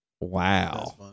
Wow